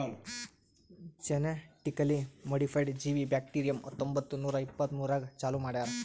genetically modified ಜೀವಿ bacterium ಹತ್ತೊಂಬತ್ತು ನೂರಾ ಎಪ್ಪತ್ಮೂರನಾಗ್ ಚಾಲೂ ಮಾಡ್ಯಾರ್